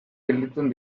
gelditzen